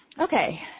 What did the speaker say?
okay